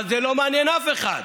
אבל זה לא מעניין אף אחד.